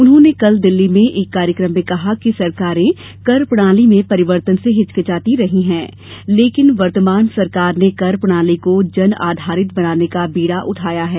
उन्होंने कल दिल्ली में एक कार्यक्रम में कहा कि सरकारें कर प्रणाली में परिवर्तन से हिचकिचाती रहीं हैं लेकिन वर्तमान सरकार ने कर प्रणाली को जन आधारित बनाने का बीड़ा उठाया है